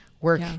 work